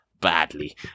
badly